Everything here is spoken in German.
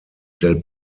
del